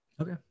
Okay